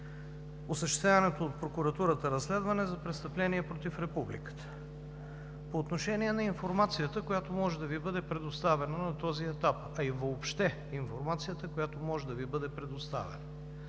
осъществяването от прокуратурата разследване за престъпление против Републиката. По отношение на информацията, която може да Ви бъде предоставена на този етап, а и въобще информацията, която може да Ви бъде предоставена: